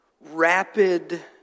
Rapid